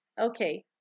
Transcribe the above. Okay